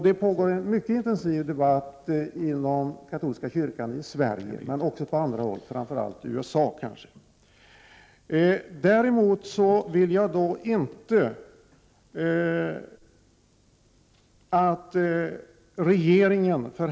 Det pågår en mycket intensiv debatt inom katolska kyrkan i Sverige men också på andra håll, kanske framför allt i USA.